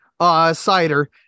cider